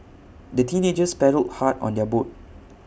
the teenagers paddled hard on their boat